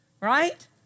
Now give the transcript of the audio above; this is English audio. Right